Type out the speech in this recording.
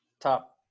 top